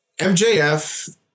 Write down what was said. MJF